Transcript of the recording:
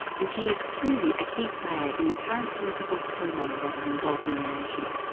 and she is clearly a key player in the current political turmoil that is engulfing the nation.